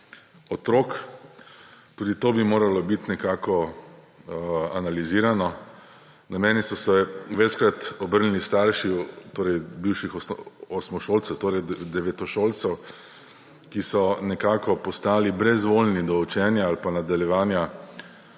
otrok. Tudi to bi moralo biti nekako analizirano. Na mene so se večkrat obrnili starši bivših devetošolcev, ki so nekako postali brezvoljni do učenja ali pa nadaljevanja